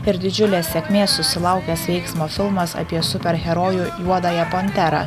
ir didžiulės sėkmės susilaukęs veiksmo filmas apie superherojų juodąją ponterą